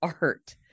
art